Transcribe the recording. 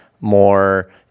more